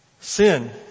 sin